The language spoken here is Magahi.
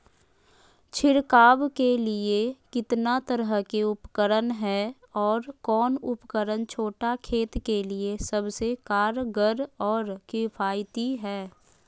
छिड़काव के लिए कितना तरह के उपकरण है और कौन उपकरण छोटा खेत के लिए सबसे कारगर और किफायती है?